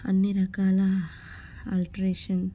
అన్ని రకాల ఆల్ట్రేషన్లు